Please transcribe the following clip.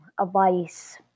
Advice